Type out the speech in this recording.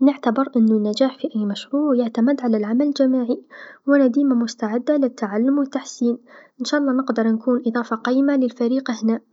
نعتبر أنو النجاح في أي مشروع يعتمد على العمل الجماعي و انا ديما مستعده للتعلم و التحسين، إنشاء الله نقدر نكون إضافه قيمه في الفريق هنا.